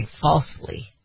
falsely